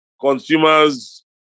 Consumers